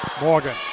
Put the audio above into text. Morgan